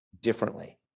differently